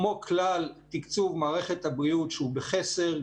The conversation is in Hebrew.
כמו כלל תקצוב מערכת הבריאות שהוא בחסר,